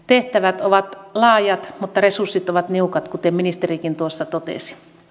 tehtävät ovat laajat mutta resurssit ovat niukat kuten ministerikin tuossa totesi